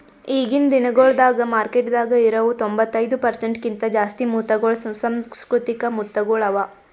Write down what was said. ಈಗಿನ್ ದಿನಗೊಳ್ದಾಗ್ ಮಾರ್ಕೆಟದಾಗ್ ಇರವು ತೊಂಬತ್ತೈದು ಪರ್ಸೆಂಟ್ ಕಿಂತ ಜಾಸ್ತಿ ಮುತ್ತಗೊಳ್ ಸುಸಂಸ್ಕೃತಿಕ ಮುತ್ತಗೊಳ್ ಅವಾ